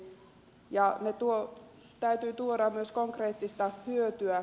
niiden täytyy tuoda myös konkreettista hyötyä